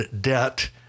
debt